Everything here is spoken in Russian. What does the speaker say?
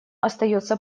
остается